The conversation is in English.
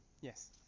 Yes